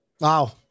Wow